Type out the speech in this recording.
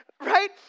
Right